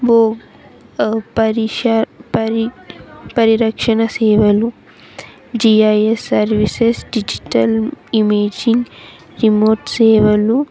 భూ పరిష పరి పరిరక్షణ సేవలు G I S services digital imaging remote సేవలు